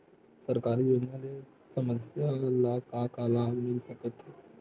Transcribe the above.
सरकारी योजना ले समस्या ल का का लाभ मिल सकते?